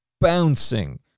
bouncing